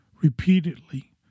repeatedly